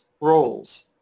roles